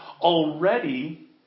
already